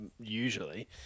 usually